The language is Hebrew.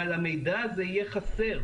אבל המידע הזה יהיה חסר.